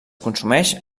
consumeix